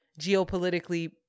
geopolitically